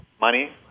money